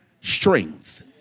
strength